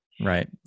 Right